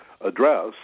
address